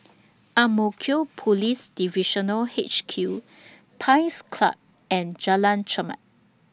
Ang Mo Kio Police Divisional H Q Pines Club and Jalan Chermat